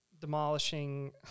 demolishing